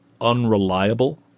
Unreliable